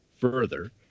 further